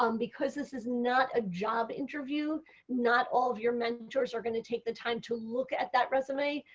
um because this is not a job interview not all of your mentors are going to take the time to look at that resume.